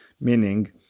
Meaning